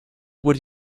would